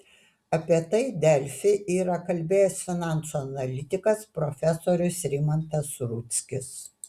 apie tai delfi yra kalbėjęs finansų analitikas profesorius rimantas rudzkis